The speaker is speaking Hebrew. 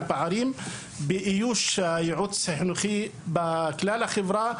על פערים באיוש של ייעוץ החינוכי בכלל החברה,